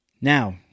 Now